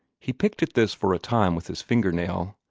he picked at this for a time with his finger-nail,